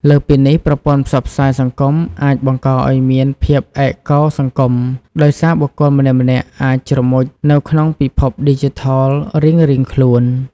លើសពីនេះ ប្រព័ន្ធផ្សព្វផ្សាយសង្គមអាចបង្កឱ្យមានភាពឯកោសង្គម ដោយសារបុគ្គលម្នាក់ៗអាចជ្រមុជនៅក្នុងពិភពឌីជីថលរៀងៗខ្លួន។